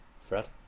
Fred